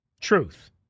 Truth